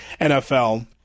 NFL